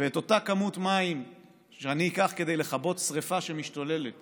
אם אני אקח כמות מים כדי לכבות שרפה שמשתוללת